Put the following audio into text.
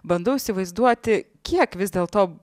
bandau įsivaizduoti kiek vis dėlto